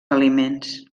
aliments